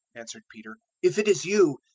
answered peter, if it is you,